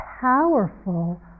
powerful